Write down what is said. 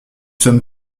sommes